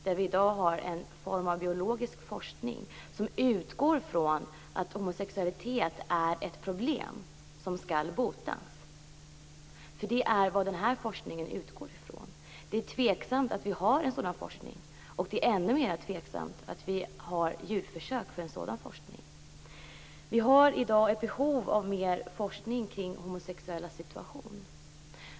Vi har i dag en form av biologisk forskning som utgår från att homosexualitet är ett problem som skall botas. Det är vad denna forskning utgår från. Det är tveksamt att vi har en sådan forskning, och det är ännu mera tveksamt att vi gör djurförsök i en sådan forskning. Vi har i dag ett behov av mer forskning kring homosexuellas situation.